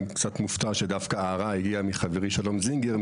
אני קצת מופתע שההערה הגיע מחברי שלום זינגר,